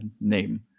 name